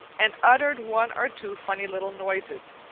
and uttered one or two funny little noises,